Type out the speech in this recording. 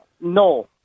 No